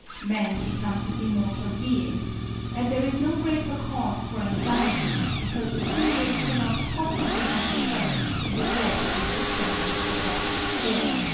man becomes an immortal being and there is no greater cause for anxiety because the period cannot possibly be determined in the gradually ascending organic scale.